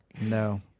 No